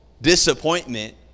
disappointment